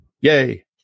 yay